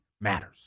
matters